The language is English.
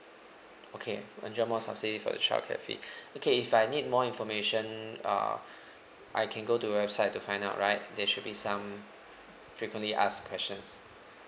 okay enjoy more subsidy for the childcare fee okay if I need more information uh I can go to the website to find out right there should be some frequently asked questions